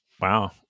wow